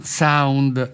sound